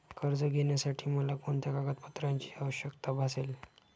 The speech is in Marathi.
कर्ज घेण्यासाठी मला कोणत्या कागदपत्रांची आवश्यकता भासेल?